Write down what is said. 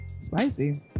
spicy